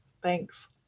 thanks